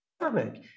government